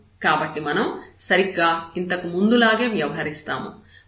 కాబట్టి మనం సరిగ్గా ఇంతకుముందు లాగే వ్యవహరిస్తాము